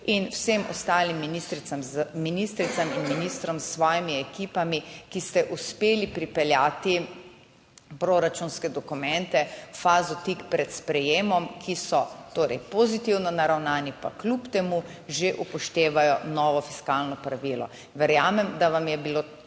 ter vsem ostalim ministricam in ministrom s svojimi ekipami, ki ste uspeli pripeljati proračunske dokumente v fazo tik pred sprejetjem, ki so torej pozitivno naravnani, pa kljub temu že upoštevajo novo fiskalno pravilo. Verjamem, da vam je bilo